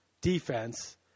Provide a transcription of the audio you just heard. defense